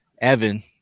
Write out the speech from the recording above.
Evan